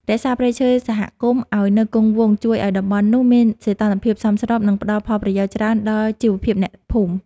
រក្សាព្រៃឈើសហគមន៍ឱ្យនៅគង់វង្សជួយឱ្យតំបន់នោះមានសីតុណ្ហភាពសមស្រប និង ផ្ដល់ផលប្រយោជន៍ច្រើនដល់ជីវភាពអ្នកភូមិ។